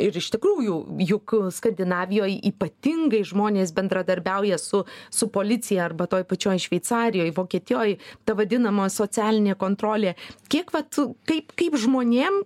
ir iš tikrųjų juk skandinavijoj ypatingai žmonės bendradarbiauja su su policija arba toj pačioj šveicarijoj vokietijoj ta vadinamoji socialinė kontrolė kiek vat kaip kaip žmonėm